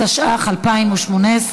התשע"ח 2018,